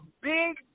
big